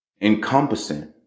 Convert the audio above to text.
encompassing